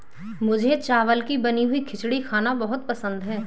मुझे चावल की बनी हुई खिचड़ी खाना बहुत पसंद है